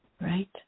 Right